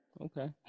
Okay